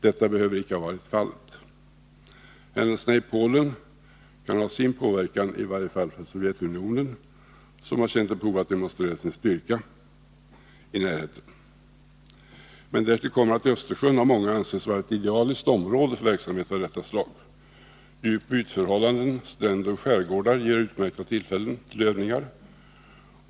Detta behöver icke ha varit fallet. Händelserna i Polen kan ha haft sin påverkan, i varje fall för Sovjetunionen, som har känt ett behov av att demonstrera sin styrka i närheten. Men därtill kommer att Östersjön av många anses vara ett idealiskt område för verksamhet av detta slag. Djupoch ytförhållanden, stränder och skärgårdar ger utmärkta tillfällen till övningar.